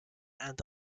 and